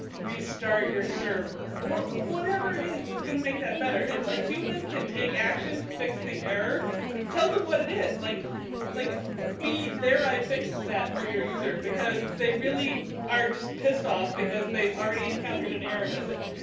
restart your server. or whatever it is that's gonna make that better. if a human can take action to fix the error tell them what it is. like like be there i fixed that for your user because they really are just pissed off because they've already encountered an error message.